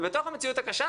ובתוך המציאות הקשה,